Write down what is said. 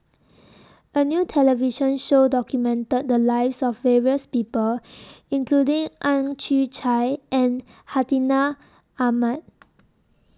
A New television Show documented The Lives of various People including Ang Chwee Chai and Hartinah Ahmad